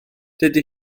dydy